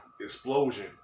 explosion